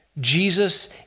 Jesus